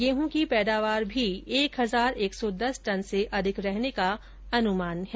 गेहूं की पैदावार भी एक हजार एक सौ दस टन से अधिक रहने का अनुमान है